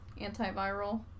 Antiviral